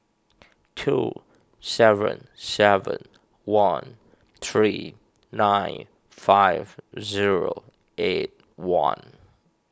two seven seven one three nine five zero eight one